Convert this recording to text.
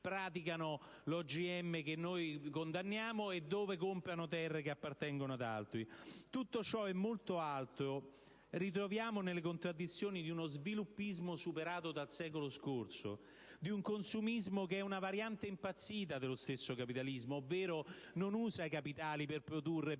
OGM che noi condanniamo e dove comprano terre che appartengono ad altri. Tutto ciò e molto altro ritroviamo nelle contraddizioni di uno sviluppismo superato dal secolo scorso, di un consumismo che è una variante impazzita dello stesso capitalismo, poiché usa i capitali non per produrre